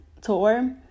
tour